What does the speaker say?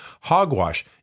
Hogwash